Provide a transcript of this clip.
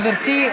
גברתי,